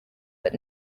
but